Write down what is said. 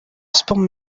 sports